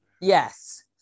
yes